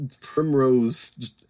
Primrose